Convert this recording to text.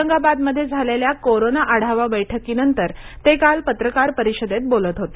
औरंगाबादमध्ये झालेल्या कोरोना आढावा बैठकीनंतर ते काल पत्रकार परिषदेत बोलत होते